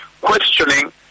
questioning